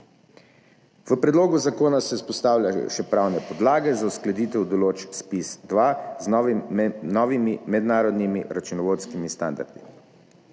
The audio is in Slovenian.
V predlogu zakona se vzpostavljajo še pravne podlage za uskladitev določb ZPIZ-2 z novimi mednarodnimi računovodskimi standardi.